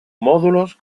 módulos